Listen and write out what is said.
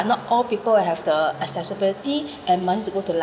not all people will have the accessibility and money to go to london